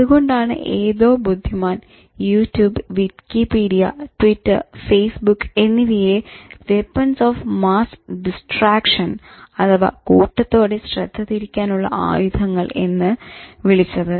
അതുകൊണ്ടാണ് ഏതോ ബുദ്ധിമാൻ യൂട്യൂബ് വിക്കിപീഡിയ ട്വിറ്റെർ ഫേസ്ബുക്ക് എന്നിവയെ "വെപ്പൺസ് ഓഫ് മാസ്സ് ഡിസ്ട്രാക്ഷൻ" അഥവാ "കൂട്ടത്തോടെ ശ്രദ്ധ തിരിക്കാനുള്ള ആയുധങ്ങൾ" എന്ന് വിളിച്ചത്